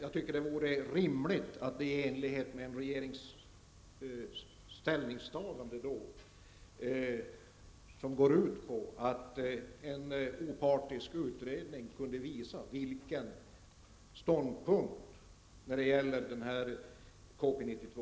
Det vore rimligt med ett ställningstagande från regeringens sida som går ut på att en opartisk utredning kan visa vilken ståndpunkt som är rimlig när det gäller KP 92.